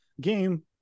game